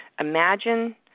imagine